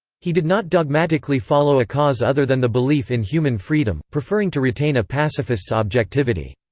he did not dogmatically follow a cause other than the belief in human freedom, preferring to retain a pacifist's objectivity.